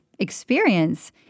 Experience